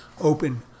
Open